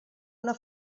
una